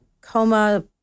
coma